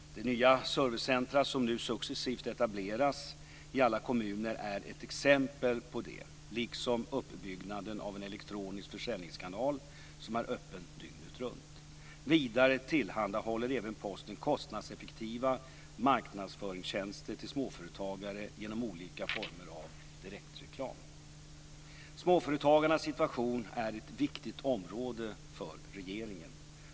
De nya servicecentrumen som nu successivt etableras i alla kommuner är ett exempel på det, liksom uppbyggnaden av en elektronisk försäljningskanal som är öppen dygnet runt. Vidare tillhandahåller även Posten kostnadseffektiva marknadsföringstjänster till småföretagare genom olika former av direktreklam. Småföretagarnas situation är ett viktigt område för regeringen.